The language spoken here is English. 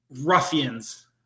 ruffians